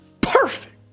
perfect